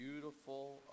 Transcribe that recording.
beautiful